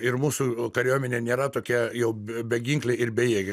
ir mūsų kariuomenė nėra tokia jau beginklė ir bejėgė